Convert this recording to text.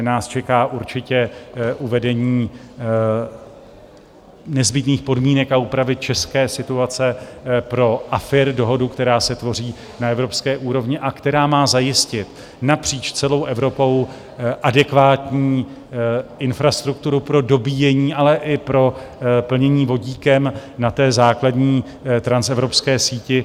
Nás čeká určitě uvedení nezbytných podmínek a úpravy české situace pro AFIR, dohodu, která se tvoří na evropské úrovni a která má zajistit napříč celou Evropou adekvátní infrastrukturu pro dobíjení, ale i pro plnění vodíkem na základní transevropské síti.